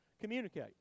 communicate